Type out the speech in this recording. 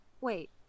Wait